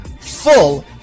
full